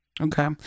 Okay